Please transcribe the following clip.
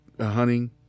hunting